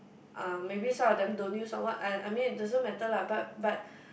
uh maybe some of them don't use what I I mean it doesn't matter lah but but